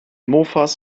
mofas